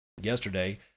Yesterday